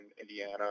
Indiana